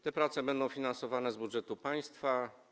Te prace będą finansowane z budżetu państwa.